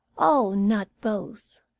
oh, not both!